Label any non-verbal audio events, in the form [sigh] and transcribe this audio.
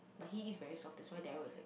[unintelligible]